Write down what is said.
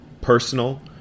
personal